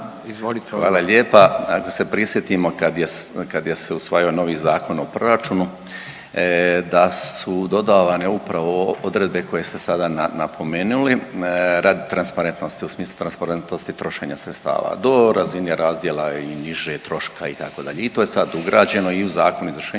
Hvala lijepa. Ako se prisjetimo kad je se je usvajao novi Zakon o proračunu da su dodavane upravo odredbe koje ste sada napomenuli radi transparentnosti u smislu transparentnosti trošenja sredstava do razine razdjela i nižeg troška itd. i to je sad ugrađeno i u Zakon o izvršenju